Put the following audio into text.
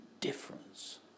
difference